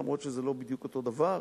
למרות שזה לא בדיוק אותו דבר,